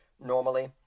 normally